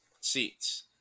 seats